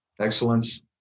excellence